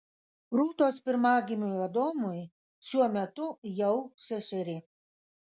rūtos pirmagimiui adomui šiuo metu jau šešeri